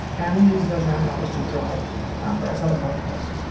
and we use those random numbers to drive various other protocols.